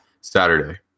Saturday